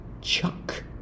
chuck